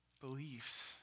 beliefs